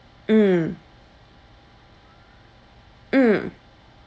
mm mm